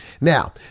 now